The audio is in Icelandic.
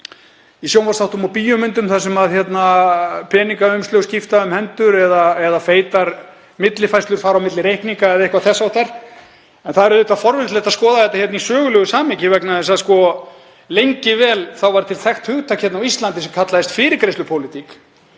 í sjónvarpsþáttum og bíómyndum þar sem brún peningaumslög skipta um hendur eða feitar millifærslur fara á milli reikninga eða eitthvað þess háttar. En það er forvitnilegt að skoða þetta í sögulegu samhengi vegna þess að lengi vel var til þekkt hugtak á Íslandi sem kallaðist fyrirgreiðslupólitík.